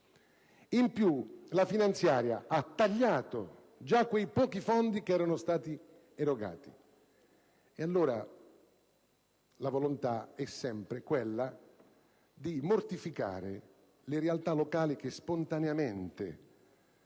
Inoltre, la finanziaria ha già tagliato quei pochi fondi che erano stati erogati. E allora la volontà è sempre quella di mortificare le realtà locali che spontaneamente